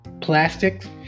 plastics